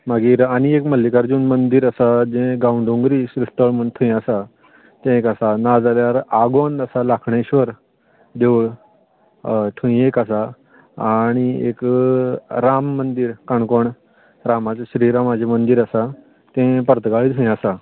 मागीर आनी एक मल्लीकार्जून मंदीर आसा जे गांवडोंगरी श्रीस्थळ म्हणटा थंय आसा तें एक आसा नाजाल्यार आगोंद आसा लाखणेश्वर देवूळ हय थंय एक आसा आनी एक राम मंदीर काणकोण रामाचें श्री रामाचें मंदीर आसा तें पर्तगाळी थंय आसा